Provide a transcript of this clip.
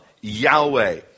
Yahweh